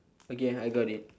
okay I got it